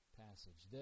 passage